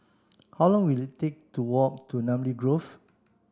how long will it take to walk to Namly Grove